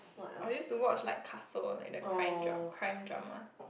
I used to watch like Castle like the crime dra~ crime drama